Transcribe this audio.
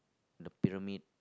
the pyramid